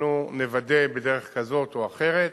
אנחנו נוודא, בדרך כזאת או אחרת,